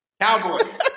Cowboys